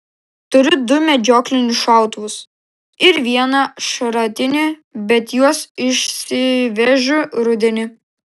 turiu du medžioklinius šautuvus ir vieną šratinį bet juos išsivežu rudenį